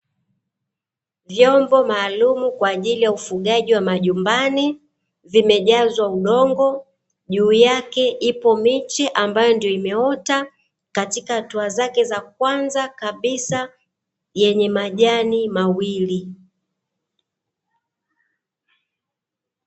Vyombo maalumu kwa ajili ya ufugaji wa majumbani vimejazwa udongo, juu yake ipo miti ambayo ndo imeota katika hatua zake za kwanza kabisa yenye majani mawili.